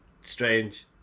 Strange